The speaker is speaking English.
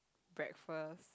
breakfast